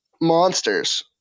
monsters